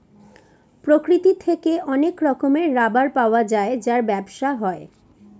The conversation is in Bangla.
প্রকৃতি থেকে অনেক রকমের রাবার পাওয়া যায় যার ব্যবসা হয়